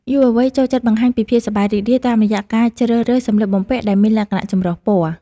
យុវវ័យចូលចិត្តបង្ហាញពីភាពសប្បាយរីករាយតាមរយៈការជ្រើសរើសសម្លៀកបំពាក់ដែលមានលក្ខណៈចម្រុះពណ៌។